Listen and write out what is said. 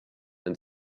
and